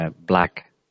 black